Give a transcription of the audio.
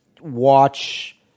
watch